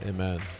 Amen